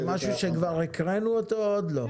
זה משהו שכבר הקראנו אותו או עוד לא?